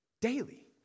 Daily